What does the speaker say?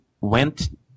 went